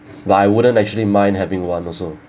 but I wouldn't actually mind having one also